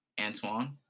Antoine